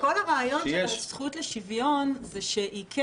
כשיש --- כל הרעיון של הזכות לשוויון הוא שיש